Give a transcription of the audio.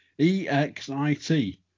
E-X-I-T